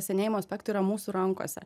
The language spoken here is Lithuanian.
senėjimo aspektų yra mūsų rankose